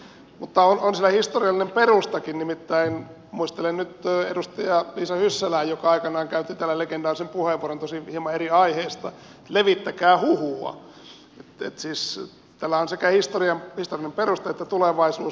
mutta on sillä historiallinen perustakin nimittäin muistelen nyt edustaja liisa hyssälää joka aikanaan käytti täällä legendaarisen puheenvuoron tosin hieman eri aiheesta levittäkää huhua joten tällä on sekä historiallinen perusta että tulevaisuus